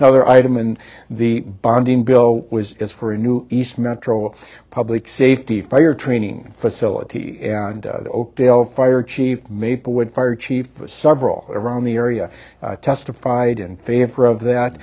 the other item and the bonding bill was is for a new east metro public safety fire training facility and o p l fire chief maplewood fire chief several around the area testified in favor of that